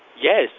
Yes